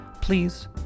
Please